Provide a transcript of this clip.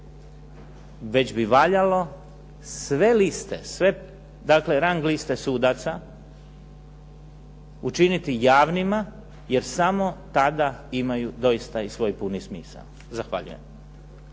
već bi valjalo sve rang liste sudaca, učiniti javnima jer samo tada imaju doista i svoj puni smisao. Zahvaljujem.